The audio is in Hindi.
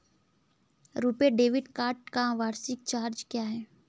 रुपे डेबिट कार्ड का वार्षिक चार्ज क्या है?